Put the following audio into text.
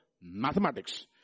mathematics